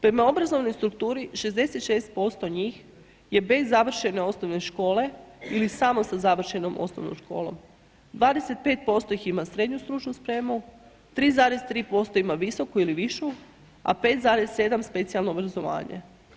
Prema obrazovnoj strukturi 66% njih je bez završene osnovne škole ili samo sa završenom osnovnom školom, 25% ih ima srednju stručnu spremu, 3,3% ima visoku ili višu a 5,7% specijalno obrazovanje.